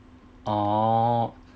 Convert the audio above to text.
orh